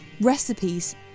recipes